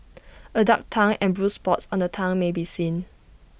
A dark tongue and bruised spots on the tongue may be seen